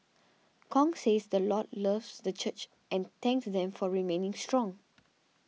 Kong says the Lord loves this church and thanked them for remaining strong